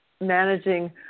managing